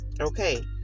okay